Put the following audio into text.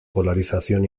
polarización